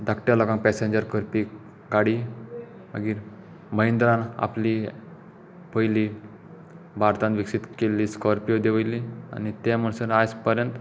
धाकट्या लोकांक पॅसेंजर्स करपी गाडी मागीर महेंद्रान आपली पयली भारतांत विकसीत केल्ली स्काॅरपियो देंवयली आनी ते म्हणसर आयज पर्यंत